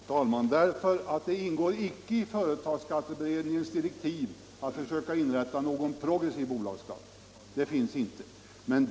Herr talman! Så enkelt är det inte! Det ingår icke i företagsskatteberedningens direktiv att försöka införa någon progressiv bolagsskatt.